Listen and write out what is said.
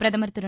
பிரதுர் திரு